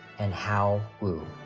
and hao wu.